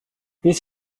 his